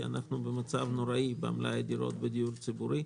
כי אנחנו במצב נוראי במלאי הדירות בדיור הציבורי,